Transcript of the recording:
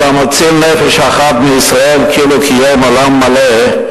"כל המציל נפש אחת מישראל כאילו קיים עולם מלא",